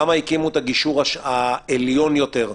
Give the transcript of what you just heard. למה הקימו את הגישור העליון יותר,